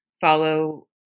follow